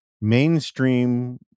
mainstream